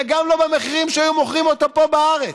וגם לא מהמחירים שבהם היו מוכרים אותו פה בארץ.